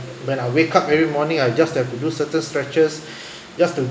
when I wake up every morning I just have to do certain stretches just to